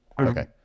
Okay